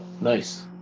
nice